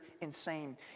insane